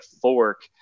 fork